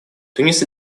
тунис